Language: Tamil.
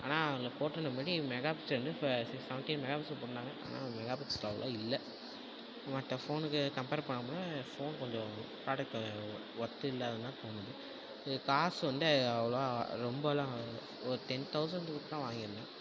ஆனால் அதில் போட்ருந்த படி மெகா பிக்சல் வந்து இப்போ சிக் செவன்டீன் மெகா பிக்சல் போட்டுருந்தாங்க ஆனால் மெகா பிக்சல் அவ்ளவாக இல்லை மற்ற ஃபோனுக்கு கம்பேர் பண்றப்போ ஃபோன் கொஞ்சம் ப்ராடக்ட்டு ஒர்த் இல்லைன்னு தான் தோணுது அது காசு வந்து அவ்ளவாக ரொம்பலாம் இல்லை ஒரு டென் தௌசண்ட் கொடுத்து தான் வாங்கியிருந்தேன்